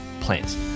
plants